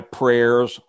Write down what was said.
prayers